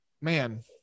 man